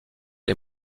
les